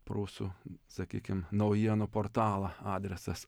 prūsų sakykim naujienų portalą adresas